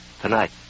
Tonight